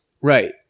Right